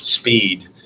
speed